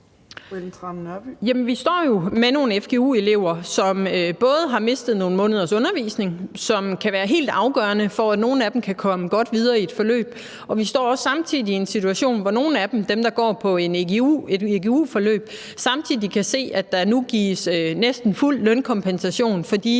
vi står jo med nogle fgu-elever, som har mistet nogle måneders undervisning, hvilket kan være helt afgørende for, at nogle af dem kan komme godt videre i et forløb, og vi står samtidig i en situation, hvor nogle af dem – dem, der går på et egu-forløb – samtidig kan se, at der nu gives næsten fuld lønkompensation til